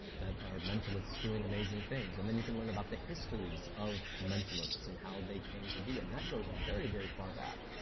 that are mentalists doing amazing things. and then you can learn about the histories of mentalists and how they came to be, and that goes very, very far back.